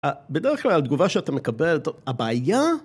בדרך כלל, התגובה שאתה מקבל, זאת, הבעיה...